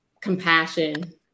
Compassion